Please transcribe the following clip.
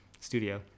studio